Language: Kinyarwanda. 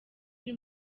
uri